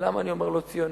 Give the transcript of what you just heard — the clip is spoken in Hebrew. ולמה אני אומר לא-ציונית?